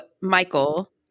Michael